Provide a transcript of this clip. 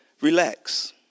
relax